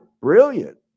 brilliant